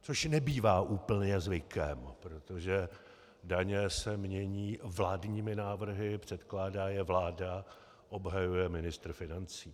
Což nebývá úplně zvykem, protože daně se mění vládními návrhy, předkládá je vláda, obhajuje ministr financí.